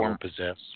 Possess